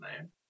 name